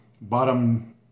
bottom